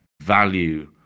value